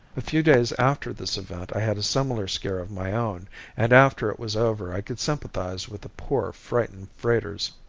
a few days after this event i had a similar scare of my own and after it was over i could sympathize with the poor, frightened freighters.